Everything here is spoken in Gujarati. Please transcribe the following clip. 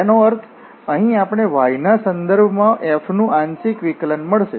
તેનો અર્થ અહીંથી આપણને y ના સંદર્ભમાં f નું આંશિક વિકલન મળશે